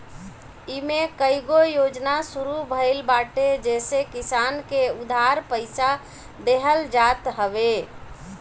इमे कईगो योजना शुरू भइल बाटे जेसे किसान के उधार पईसा देहल जात हवे